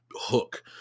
hook